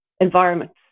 environments